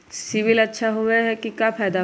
CIBIL अच्छा होऐ से का फायदा बा?